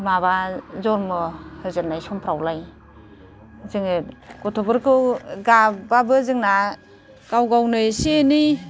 माबा जोनोम होजेननाय समफ्रावलाय जोङो गथ'फोरखौ गाबबाबो जोंना गाव गावनो एसे एनै